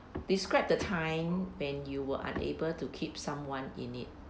described the time when you were unable to keep someone in it